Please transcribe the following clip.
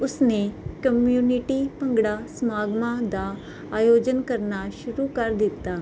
ਉਸਨੇ ਕਮਿਊਨਿਟੀ ਭੰਗੜਾ ਸਮਾਗਮਾਂ ਦਾ ਆਯੋਜਨ ਕਰਨਾ ਸ਼ੁਰੂ ਕਰ ਦਿੱਤਾ